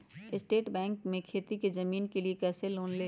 State bank से खेती की जमीन के लिए कैसे लोन ले?